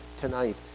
tonight